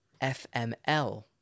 FML